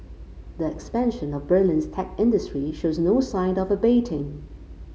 the expansion of Berlin's tech industry shows no sign of abating